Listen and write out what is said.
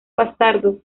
bastardo